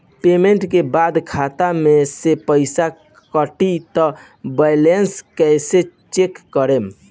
Payment के बाद खाता मे से पैसा कटी त बैलेंस कैसे चेक करेम?